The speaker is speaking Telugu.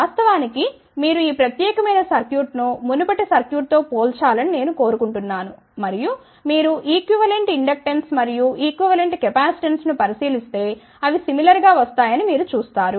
వాస్తవానికి మీరు ఈ ప్రత్యేకమైన సర్క్యూట్ను మునుపటి సర్క్యూట్తో పోల్చాలని నేను కోరుకుంటున్నాను మరియు మీరు ఈక్వివలెన్ట్ ఇండక్టెన్స్ మరియు ఈక్వివలెన్ట్ కెపాసిటెన్స్ను పరిశీలిస్తే అవి సిమిలర్ గా వస్తా యని మీరు చూస్తారు